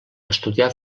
estudia